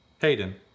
Hayden